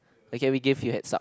okay we give you heads up